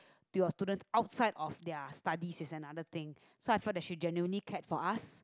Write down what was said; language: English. to your students outside of their studies is another thing so I felt that she genuinely cared for us